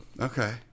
Okay